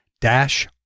dash